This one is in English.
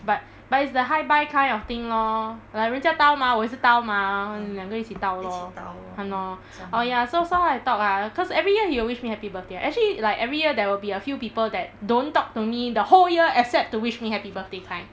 but but it's the hi bye kind of thing lor like 人家 dao mah 我也是 dao mah 两个一起 dao lor !hannor! orh ya so so what I talk ah cause every year he will wish me happy birthday actually like every year there will be a few people that don't talk to me the whole year except to wish me happy birthday kind